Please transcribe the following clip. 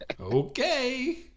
Okay